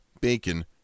bacon